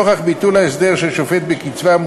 נוכח ביטול ההסדר של שופט בקצבה,